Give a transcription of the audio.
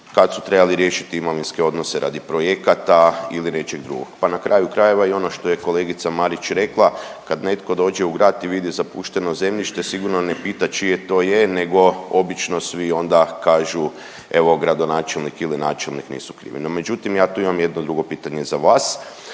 kad su trebali riješiti imovinske odnose radi projekata ili nečeg drugog. Pa na kraju krajeva i ono što je kolegica Marić rekla kad netko dođe u grad i vidi zapušteno zemljište sigurno ne pita čije to je nego obično svi onda kažu evo gradonačelnik ili načelnik nisu krivi. No međutim, ja tu imam jedno drugo pitanje za vas.